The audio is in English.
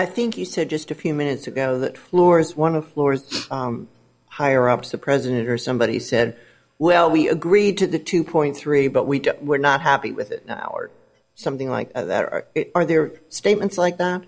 i think you said just a few minutes ago that floors one of floors higher ups the president or somebody said well we agreed to the two point three but we were not happy with it now or something like that or are there statements